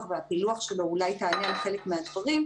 והפילוח שלו אולי יענה על חלק מהדברים,